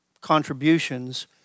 contributions